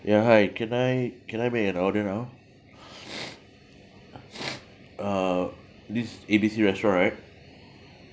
ya hi can I can I make an order now uh this is A B C restaurant right